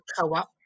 Co-op